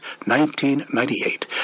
1998